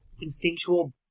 instinctual